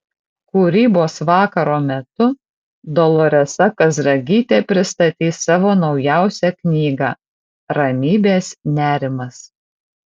kūrybos vakaro metu doloresa kazragytė pristatys savo naujausią knygą ramybės nerimas